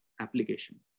application